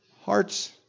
hearts